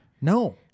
No